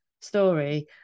story